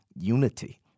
unity